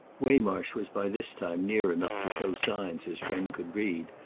waymarsh was by this time near enough to show signs his friend could read,